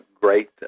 great